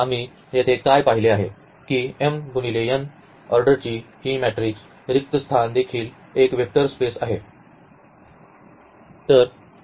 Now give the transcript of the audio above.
तर आम्ही येथे काय पाहिले आहे की ऑर्डरची ही मॅट्रिक्स रिक्त स्थान देखील एक वेक्टर स्पेस आहे